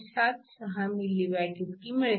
76 mW इतकी मिळते